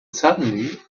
suddenly